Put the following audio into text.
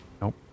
Nope